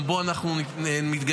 גם אליו אנחנו מתגייסים,